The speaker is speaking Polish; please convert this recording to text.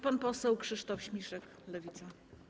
Pan poseł Krzysztof Śmiszek, Lewica.